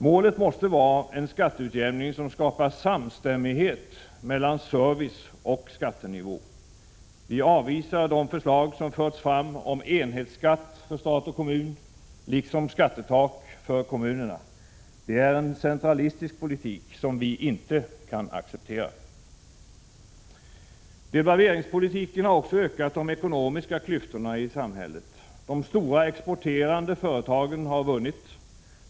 Målet måste vara en skatteutjämning som skapar samstämmighet mellan serviceoch skattenivå. Vi avvisar de förslag som förts fram om enhetsskatt för stat och kommun liksom skattetak för kommunerna. Det är en centralistisk politik, som vi inte kan acceptera. Devalveringspolitiken har också ökat de ekonomiska klyftorna i samhället. De stora exporterande företagen har vunnit.